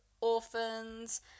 orphans